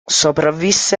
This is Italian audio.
sopravvisse